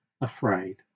afraid